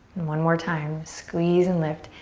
one more time. squeeze and lift.